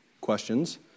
questions